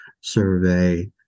survey